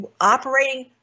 operating